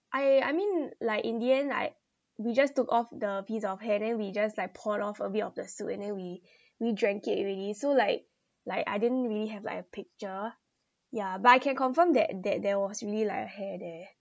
I I mean like in the end like we just took off the piece of hair then we just like poured off a bit of the soup and then we we drank it already so like like I didn't really have like a picture ya but I can confirm that that there was really like a hair there